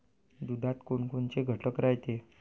दुधात कोनकोनचे घटक रायते?